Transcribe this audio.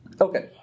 Okay